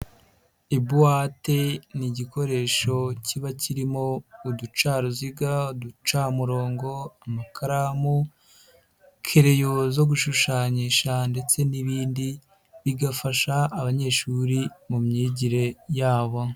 Ibuwate ni igikoresho kiba kirimo uducaruziga, ducamurongo, amakaramu, kereyo zo gushushanyisha ndetse n'ibindi, bigafasha abanyeshuri mu myigire yabo.